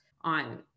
on